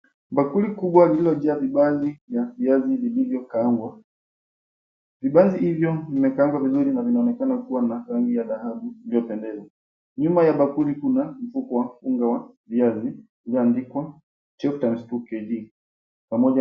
Bakuli kubwa lililojaa vibanzi ya viazi vilivyokaangwa. Vibanzi hivyo vimekaangwa vizuri na vinaonekana kuwa na rangi ya dhahabu iliyopendeza. Nyuma ya bakuli kuna mfuko wa unga wa viazi ulioandikwa, 12*2 kg, pamoja.